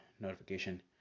notification